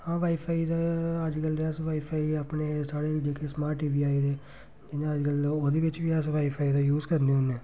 हां wifi ते अज्जकल ते अस वाई फाई अपने साढ़े जेह्के स्मार्ट टी वी आई गेदे जियां अज्जकल ओह्दे बिच्च बी अस वाई फाई दा यूज़ करने होन्ने आं